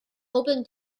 open